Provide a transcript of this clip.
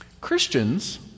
Christians